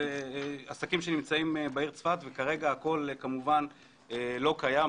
עסקים שנמצאים בעיר צפת וכרגע הכול כמובן לא קיים,